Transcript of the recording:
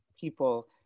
people